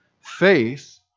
Faith